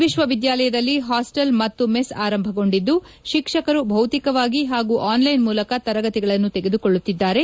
ವಿಶ್ವವಿದ್ಯಾಲಯದಲ್ಲಿ ಹಾಸ್ವಲ್ ಮತ್ತು ಮೆಸ್ ಆರಂಭಗೊಂಡಿದ್ದು ಶಿಕ್ಷಕರು ಭೌತಿಕವಾಗಿ ಹಾಗೂ ಆನ್ಲೈನ್ ಮೂಲಕ ತರಗತಿಗಳನ್ನು ತೆಗೆದುಕೊಳ್ಳುತ್ತಿದ್ದಾರೆ